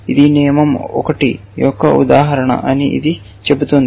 ఇది నియమం 1 యొక్క ఉదాహరణ అని ఇది చెబుతోంది